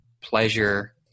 pleasure